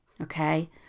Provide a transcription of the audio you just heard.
Okay